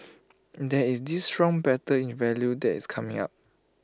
there is this strong battle in value that is coming up